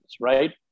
right